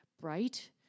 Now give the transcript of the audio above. bright